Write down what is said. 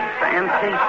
fancy